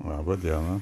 laba diena